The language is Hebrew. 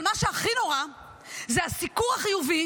אבל מה שהכי נורא זה הסיקור החיובי